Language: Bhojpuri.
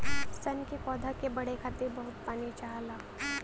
सन के पौधा के बढ़े खातिर बहुत पानी चाहला